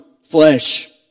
flesh